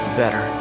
better